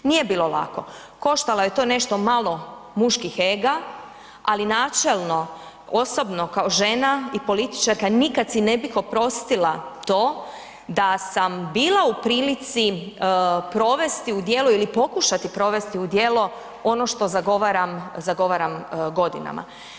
Nije bilo lako, koštalo je to nešto malo muških ega, ali načelno, osobno kao žena i političarka nikad si ne bih oprostila to da sam bila u prilici provesti u djelo ili pokušati provesti u djelo ono što zagovaram godinama.